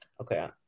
okay